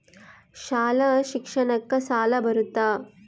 ಶಾಲಾ ಶಿಕ್ಷಣಕ್ಕ ಸಾಲ ಬರುತ್ತಾ?